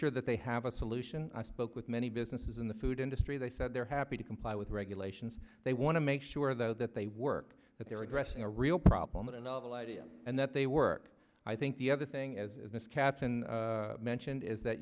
sure that they have a solution i spoke with many businesses in the food industry they said they're happy to comply with regulations they want to make sure though that they work that they're addressing a real problem and a novel idea and that they work i think the other thing as this captain mentioned is that